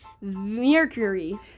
Mercury